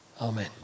Amen